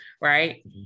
right